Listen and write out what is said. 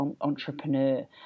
entrepreneur